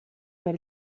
per